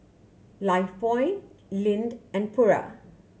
Lifebuoy Lindt and Pura